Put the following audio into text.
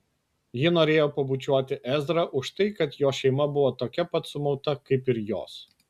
ji norėjo pabučiuoti ezrą už tai kad jo šeima buvo tokia pat sumauta kaip ir jos